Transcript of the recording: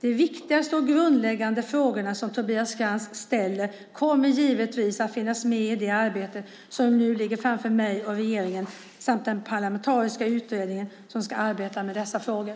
De viktiga och grundläggande frågor som Tobias Krantz ställer kommer givetvis att finnas med i det arbete som nu ligger framför mig och regeringen samt den parlamentariska utredning som ska arbeta med dessa frågor.